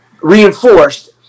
reinforced